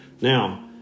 Now